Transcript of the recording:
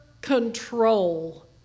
control